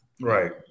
Right